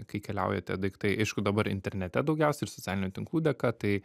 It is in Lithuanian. kai keliauja tie daiktai aišku dabar internete daugiausia ir socialinių tinklų dėka tai